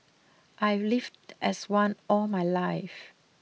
I've lived as one all my life